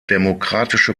demokratische